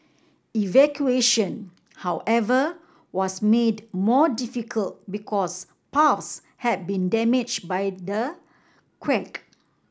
evacuation however was made more difficult because paths had been damage by the quake